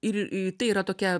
ir į tai yra tokia